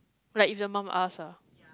like if your mum ask ah